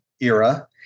era